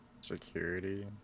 Security